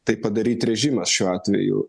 tai padaryt režimas šiuo atveju